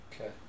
Okay